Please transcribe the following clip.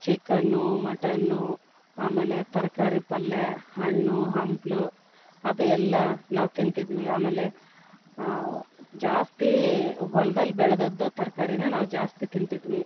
chicken mutton ಆಮೇಲೆ ತರಕಾರಿ ಪಲ್ಲೇ ಹಣ್ಣು ಹಂಪಲು ಅದು ಎಲ್ಲ ನಾವು ತಿಂತಿದ್ವಿ ಆಮೇಲೆ ಜಾಸ್ತೀ ಹೊಲ್ದಲ್ಲಿ ಬೆಳೆದದ್ದು ತರಕಾರಿನೆ ನಾವು ಜಾಸ್ತಿ ತಿಂತಿದ್ವಿ